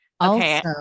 Okay